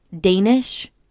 Danish